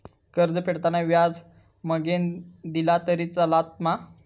कर्ज फेडताना व्याज मगेन दिला तरी चलात मा?